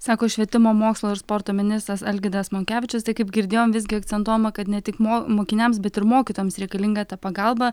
sako švietimo mokslo ir sporto ministras algirdas monkevičius kaip girdėjom visgi akcentuojama kad ne tik mo mokiniams bet ir mokytojams reikalinga ta pagalba